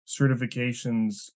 certifications